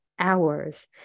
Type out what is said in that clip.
hours